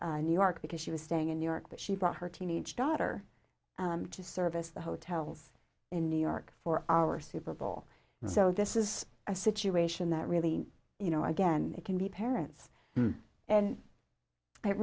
in new york because she was staying in new york but she brought her teenage daughter to service the hotels in new york for our super bowl so this is a situation that really you know again it can be parents and it